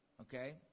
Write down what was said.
Okay